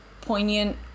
poignant